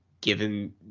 given